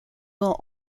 ans